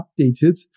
updated